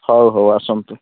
ହଉ ହଉ ଆସନ୍ତୁ